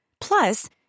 Plus